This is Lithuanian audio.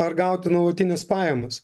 ar gauti nuolatinis pajamas